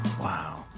Wow